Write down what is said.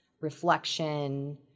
reflection